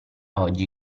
oggi